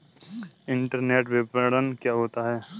Internet विपणन क्या होता है?